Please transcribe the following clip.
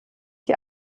die